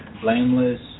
blameless